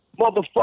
Motherfucker